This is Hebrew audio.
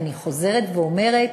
אני חוזרת ואומרת,